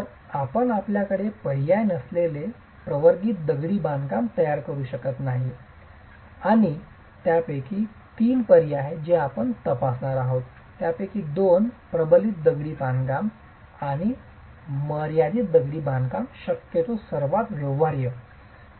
तर आपण आपल्याकडे काय पर्याय नसलेले प्रवर्तित दगडी बांधकाम तयार करू शकत नाही तर आणि त्यापैकी तीन पर्याय जे आपण तपासणार आहोत त्यापैकी दोन प्रबलित दगडी बांधकाम आणि मर्यादित दगडी बांधकाम शक्यतो सर्वात व्यवहार्य